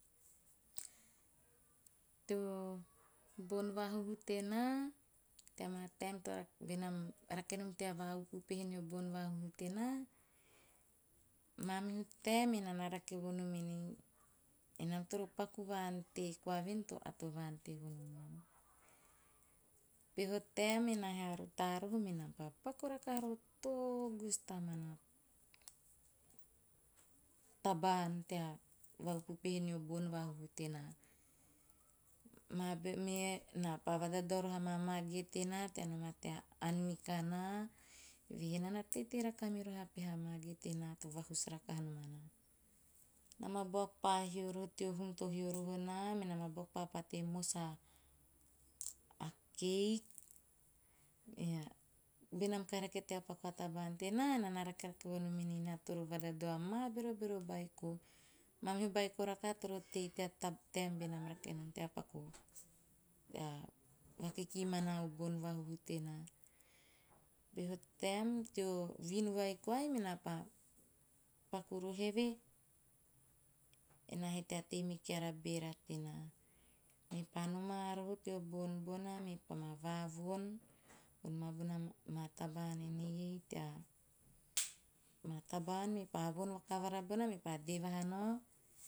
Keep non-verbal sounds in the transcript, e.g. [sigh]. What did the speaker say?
Teo bon vahuhu tenaa, tea taem benam rake nom tea va upeupehe o bon vahuhu tenaa, mamihu taem enaa na rake vonom enei enam toro paku va ante koa voen ei to ato va ante vonom nam. Peho taem enaa he a rutaa roho menam pa paku rakaha roho to tagus tamana taba ann tea va upe upehe nio bon vahuhu tenaa. Me na pa vadadao roho ama mage tenaa tea noma tea ann mikana. Eve he naa na teitei rakaha miroho a peha mage tenaa to vahus rakaha nom anaa. Nam a buaku pa hio roho teo hum to hio roho naa, me nam pa pate mos a "cake". A benaa rake nom tea paku a taba ann tenaa, naa na rakerake vonom enei naa toro vadadao maa berobero beiko. Mamihu beiko rakaha toro tei tea taem benam rake nom tea paku, tea vakikimana o bon vahuhu tenaa. Peho taem teo vinu vai koai menaa pa paku roho eve, enaa he tea tei me keara beera tenaa. Peho taem teo vinu vai koai mena pa paku roho eve, ena ha tea tei me keara beera tenaa. Mepa noma roho teo bona maa taba ann mepa ma vavon, von ma bona maa taba ann enei, tea [unintelligible] me taba ann mepa von vakavara bona mepa dee vahaa nao,